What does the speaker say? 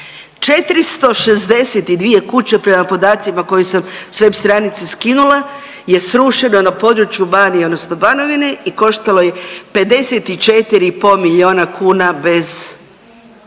462 kuće prema podacima koje sam s web stranice skinula je srušeno na području Banije odnosno Banovine i koštalo je 54,5 milijuna kuna bez